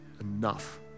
enough